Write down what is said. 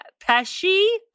Pesci